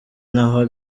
ntaho